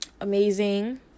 amazing